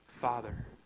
Father